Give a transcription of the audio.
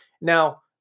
Now